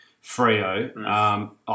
Frio